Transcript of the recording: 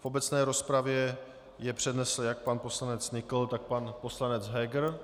V obecné rozpravě jej přednesl jak pan poslanec Nykl, tak pan poslanec Heger.